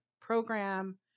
program